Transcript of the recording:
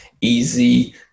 easy